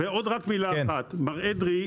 רק עוד מילה אחת מר אדרי,